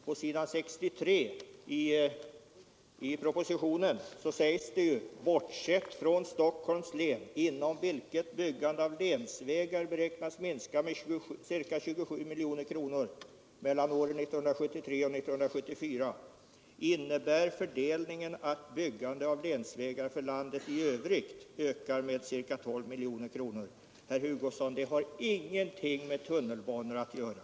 På s. 63 i propositionen anförs följande: ”Bortsett från Stockholms län, inom vilket byggandet av länsvägar beräknas minska med ca 27 miljoner kronor mellan åren 1973 och 1974, innebär fördelningen att byggandet av länsvägar för landet i övrigt ökar med ca 12 miljoner kronor.” Herr Hugosson, detta har ingenting med tunnelbanor att göra.